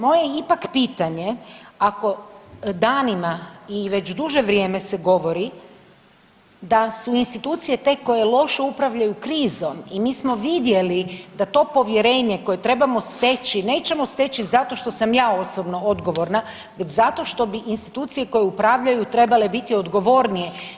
Moje je ipak pitanje, ako danima i već duže vrijeme se govori da su institucije te koje loše upravljaju krizom i mi smo vidjeli da to povjerenje koje trebamo steći, nećemo steći zato što sam ja osobno odgovorna, već zato što bi institucije koje upravljaju trebale biti odgovornije.